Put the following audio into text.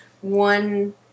one